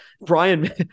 Brian